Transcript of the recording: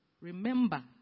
remember